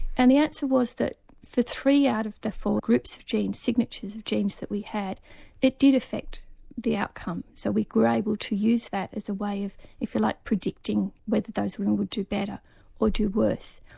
and the answer was that for three out of the four groups of genes, signatures of genes that we had it did effect the outcome. so we were able to use that as a way of if you like predicting whether those women would do better or do worse.